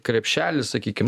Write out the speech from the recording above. krepšelis sakykim